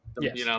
Yes